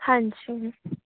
ਹਾਂਜੀ